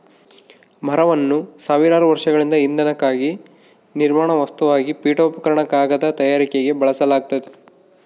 ಮರವನ್ನು ಸಾವಿರಾರು ವರ್ಷಗಳಿಂದ ಇಂಧನಕ್ಕಾಗಿ ನಿರ್ಮಾಣ ವಸ್ತುವಾಗಿ ಪೀಠೋಪಕರಣ ಕಾಗದ ತಯಾರಿಕೆಗೆ ಬಳಸಲಾಗ್ತತೆ